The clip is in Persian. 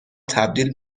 تبدیل